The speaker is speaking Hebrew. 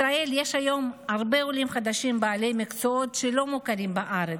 בישראל יש היום הרבה עולים חדשים בעלי מקצועות שלא מוכרים בארץ,